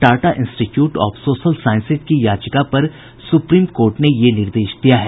Tata institute of social sciences की याचिका पर सुप्रीम कोर्ट ने यह निर्देश दिया है